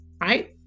right